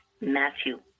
Matthew